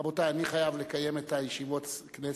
רבותי, אני חייב לקיים את ישיבות הכנסת,